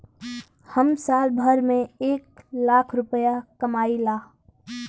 हम साल भर में एक लाख रूपया कमाई ला